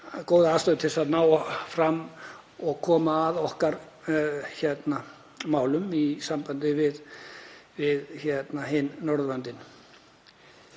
góða aðstöðu til að ná fram og koma að okkar málum í sambandi við hin Norðurlöndin.